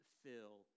fill